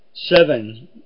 Seven